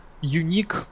unique